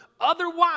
Otherwise